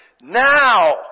now